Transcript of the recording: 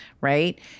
right